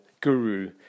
guru